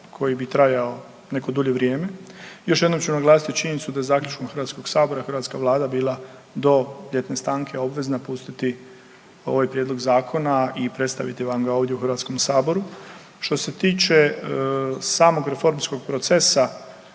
koji bi trajao neko dulje vrijeme. Još jednom ću naglasiti činjenicu da je zaključkom Hrvatskog sabora, hrvatska Vlada bila do ljetne stanke obvezna pustiti ovaj prijedlog zakona i predstaviti vam ga ovdje u Hrvatskom saboru. Što se tiče samog reformskog procesa,